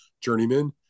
Journeyman